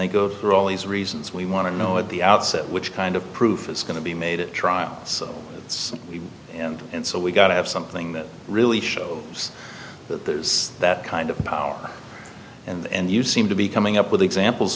they go through all these reasons we want to know at the outset which kind of proof is going to be made at trial so it's and and so we've got to have something that really shows us that there is that kind of power and you seem to be coming up with examples